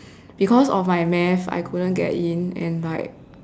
because of my math I couldn't get in and like